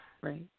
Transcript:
Right